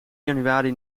januari